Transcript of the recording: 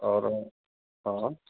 और हाँ